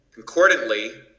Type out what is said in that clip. Concordantly